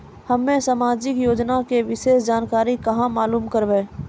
हम्मे समाजिक योजना के विशेष जानकारी कहाँ मालूम करबै?